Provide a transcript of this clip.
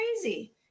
crazy